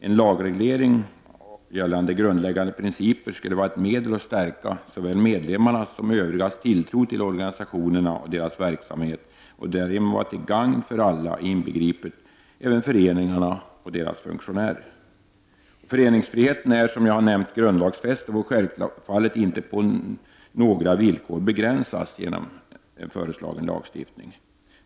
En lagreglering av grundläggande principer skulle vara ett medel att stärka såväl medlemmarnas som övrigas tilltro till organisationerna och deras verksamhet och därigenom vara till gagn för alla, inbegripet även föreningarna och deras funktionärer. Föreningsfriheten är, som jag har nämnt, grundlagsfäst och får självfallet inte på några villkor begränsas genom en föreslagen lagstiftning.